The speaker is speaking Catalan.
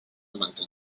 maten